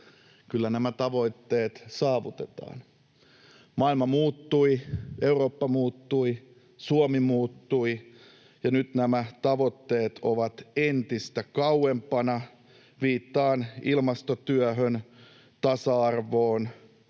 kyllä nämä tavoitteet saavutetaan. Maailma muuttui, Eurooppa muuttui, Suomi muuttui, ja nyt nämä tavoitteet ovat entistä kauempana — viittaan ilmastotyöhön, tasa-arvoon,